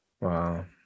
Wow